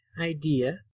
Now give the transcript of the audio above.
idea